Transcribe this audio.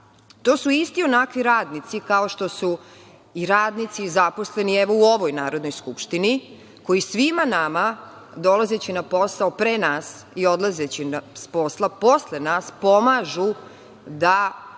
su isti onakvi radnici kao što su i radnici i zaposleni, evo, u ovoj Narodnoj skupštini koji svima nama, dolazeći na posao pre nas i odlazeći sa posla posle nas, pomažu da